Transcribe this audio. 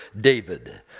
David